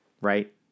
right